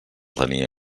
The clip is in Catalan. tenir